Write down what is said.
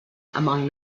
among